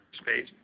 space